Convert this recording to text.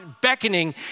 beckoning